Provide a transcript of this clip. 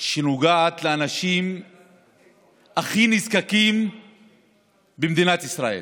שנוגעת לאנשים הכי נזקקים במדינת ישראל.